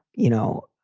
you know,